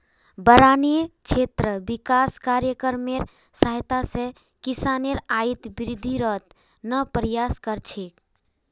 बारानी क्षेत्र विकास कार्यक्रमेर सहायता स किसानेर आइत वृद्धिर त न प्रयास कर छेक